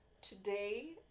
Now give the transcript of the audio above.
Today